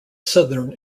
southern